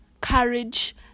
courage